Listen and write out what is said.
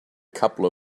couple